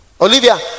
Olivia